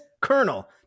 Colonel